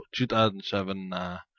2007